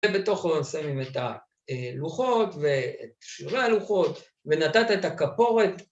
בתוכו נושאים את הלוחות, את שירי הלוחות, ונתת את הכפורת.